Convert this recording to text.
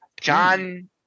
John